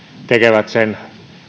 tekevät sen